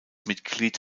mitglied